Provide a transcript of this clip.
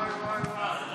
וואי, וואי, וואי.